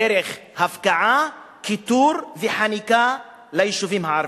דרך הפקעה, כיתור וחניקה, של היישובים הערביים.